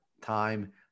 time